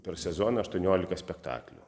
per sezoną aštuoniolika spektaklių